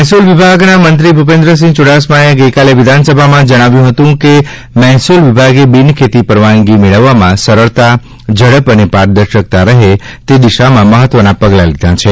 મહેસૂલ વિભાગના મંત્રી ભૂપેન્દ્રસિંહ ચૂડાસમાએ ગઇકાલે વિધાનસભામાં જણાવ્યું હતું કે મહેસૂલ વિભાગે બિનખેતી પરવાનગી મેળવવામાં સરળતા ઝડપ અને પારદર્શકતા રહે તે દિશામાં મહત્વના નિર્ણયો લીધા છે